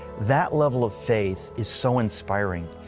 that level of faith is so inspiring.